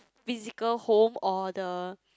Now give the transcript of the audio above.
physical home or the